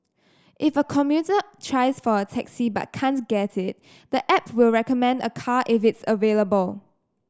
if a commuter tries for a taxi but can't get it the app will recommend a car if it's available